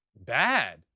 bad